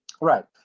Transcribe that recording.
right